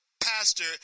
Pastor